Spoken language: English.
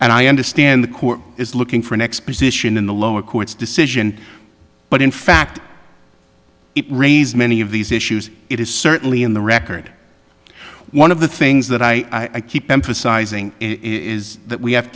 and i understand the court is looking for an exposition in the lower court's decision but in fact it raises many of these issues it is certainly in the record one of the things that i keep emphasizing is that we have